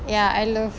ya I love